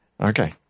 Okay